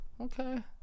okay